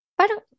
parang